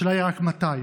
השאלה היא רק מתי.